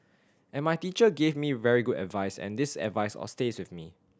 and my teacher gave me very good advice and this advice all stays with me